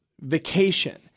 vacation